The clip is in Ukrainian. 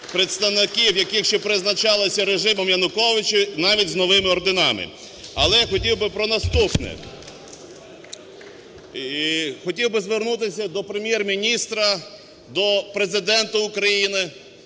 які ще призначалися режимом Януковича, навіть з новими орденами. Але хотів би про наступне. Хотів би звернутися до ПРем'єр-міністра, до Президента України